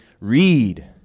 read